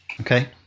Okay